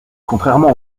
contrairement